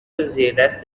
زیردست